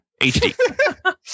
HD